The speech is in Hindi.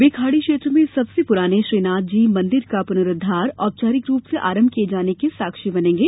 वे खाड़ी क्षेत्र में सबसे पुराने श्रीनाथ जी मंदिर का पुनरुद्वार औपचारिक रूप से आरंभ किए जाने के साक्षी बनेंगे